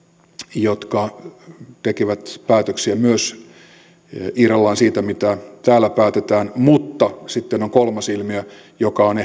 jotka tekevät päätöksiä myös irrallaan siitä mitä täällä päätetään mutta sitten on kolmas ilmiö joka on